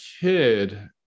kid